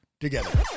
together